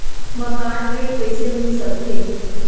मकान ऋण कइसे मिल सकथे?